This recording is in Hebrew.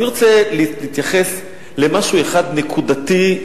אני רוצה להתייחס למשהו אחד נקודתי.